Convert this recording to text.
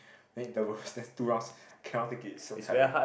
then intervals just two rounds cannot take it so tiring